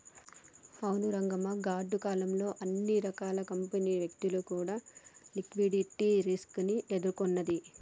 అవును రంగమ్మ గాడ్డు కాలం లో అన్ని కంపెనీలు వ్యక్తులు కూడా లిక్విడిటీ రిస్క్ ని ఎదుర్కొన్నది